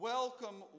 Welcome